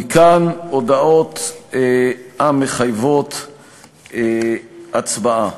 מכאן הודעות המחייבות הצבעה.